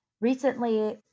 recently